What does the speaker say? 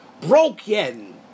broken